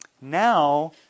Now